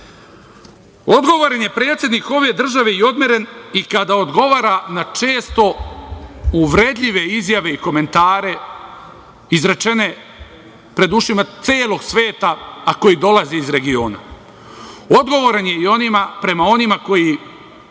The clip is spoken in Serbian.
je predsednik ove države i odmeren i kada odgovara na često uvredljive izjave i komentare izrečene pred ušima celog sveta, a koji dolazi iz regiona. Odgovoran je i prema onima koji